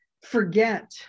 forget